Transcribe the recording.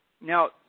Now